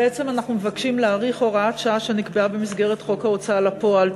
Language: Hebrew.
בעצם אנחנו מבקשים להאריך הוראת שעה שנקבעה במסגרת חוק ההוצאה לפועל,